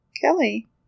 Kelly